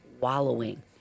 wallowing